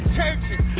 Churches